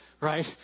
Right